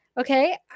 okay